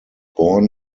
born